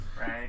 right